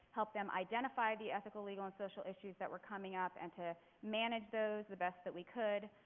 helped them identify the ethical, legal and social issues that were coming up and to manage those the best that we could.